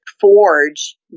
forge